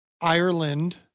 Ireland